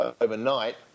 overnight